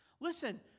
Listen